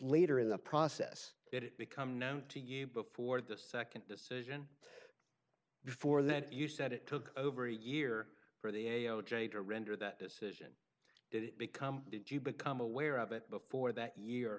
later in the process it become known to you before the second decision before that you said it took over a year for the a o j to render that decision did it become did you become aware of it before that year